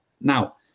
Now